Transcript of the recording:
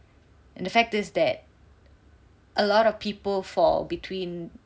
and the fact is that a lot of people fall between